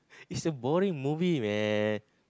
it's a boring movie man